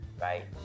right